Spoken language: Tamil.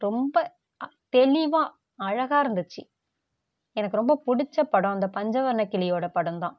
ரொம்ப அ தெளிவாக அழகாக இருந்துச்சு எனக்கு ரொம்ப பிடிச்ச படம் அந்த பஞ்சவர்ணக்கிளியோட படந்தான்